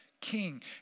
King